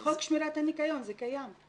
בחוק שמירת הניקיון זה קיים,